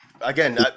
Again